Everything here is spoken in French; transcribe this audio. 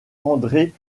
andré